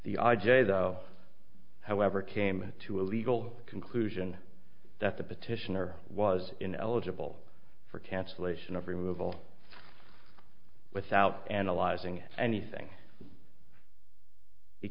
the i j a though however came to a legal conclusion that the petitioner was ineligible for cancellation of removal without analyzing anything he